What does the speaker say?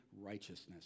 righteousness